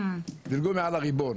דילגו מעל הריבון,